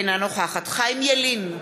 אינה נוכחת חיים ילין,